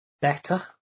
better